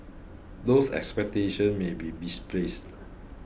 those expectations may be misplaced